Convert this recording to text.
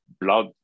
blood